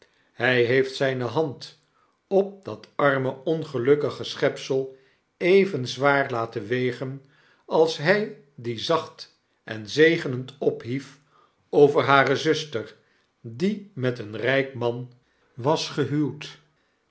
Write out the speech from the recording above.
hy heeft zijne hand op dat arme ongelukkige schepsel even zwaar laten wegen als hy die zacht en zegenend ophief over hare zuster die met een ryk man was gehuwd